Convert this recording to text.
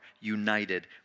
united